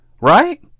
right